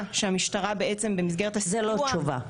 שהמשטרה בעצם במסגרת הסיוע --- זה לא תשובה.